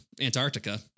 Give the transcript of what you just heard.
Antarctica